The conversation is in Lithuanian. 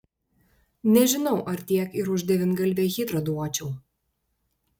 nežinau ar tiek ir už devyngalvę hidrą duočiau